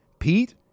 Pete